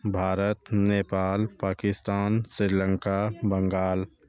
Bharat Nepal Pakistan Sri Lanka Bengal